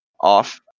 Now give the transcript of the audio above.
off